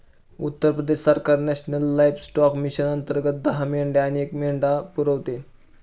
उत्तर प्रदेश सरकार national livestock mission अंतर्गत दहा मेंढ्या आणि एक मेंढा पुरवते